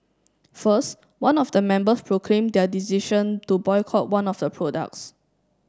first one of the member proclaimed their decision to boycott one of the products